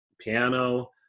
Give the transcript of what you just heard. piano